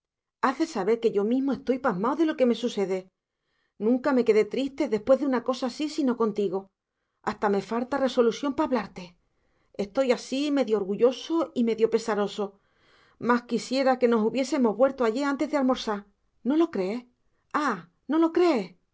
de saber que yo mismo estoy pasmao de lo que me sucede nunca me quedé triste después de una cosa así sino contigo hasta me falta resolución pa hablarte estoy así medio orgulloso y medio pesaroso más quisiera que nos hubiésemos vuelto ayer antes de almorsá no lo crees ah no lo crees